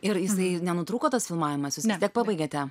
ir jisai nenutrūko tas filmavimasis jūs vis tiek pabaigėte